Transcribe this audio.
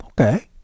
Okay